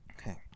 Okay